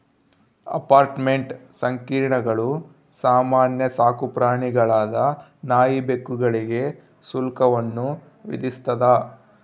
apartment ಸಂಕೀರ್ಣಗಳು ಸಾಮಾನ್ಯ ಸಾಕುಪ್ರಾಣಿಗಳಾದ ನಾಯಿ ಬೆಕ್ಕುಗಳಿಗೆ ಶುಲ್ಕವನ್ನು ವಿಧಿಸ್ತದ